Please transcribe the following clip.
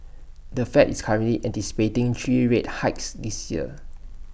the fed is currently anticipating three rate hikes this year